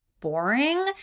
boring